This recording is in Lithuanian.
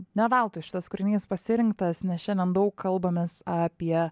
ne veltui šitas kūrinys pasirinktas nes šiandien daug kalbamės apie